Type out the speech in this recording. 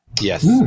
Yes